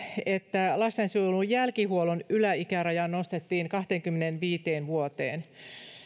että lastensuojelun jälkihuollon yläikäraja nostettiin kahteenkymmeneenviiteen vuoteen